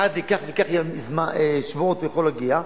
אחת לכך וכך שבועות הוא יכול להגיע,